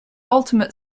ultimate